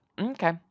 okay